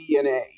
DNA